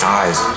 eyes